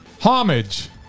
Homage